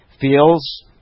feels